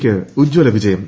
ക്ക് ഉജ്ജ്വല വിജയം